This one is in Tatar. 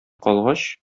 калгач